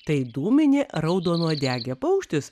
tai dūminė raudonuodegė paukštis